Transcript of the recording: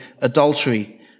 adultery